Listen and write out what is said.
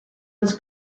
was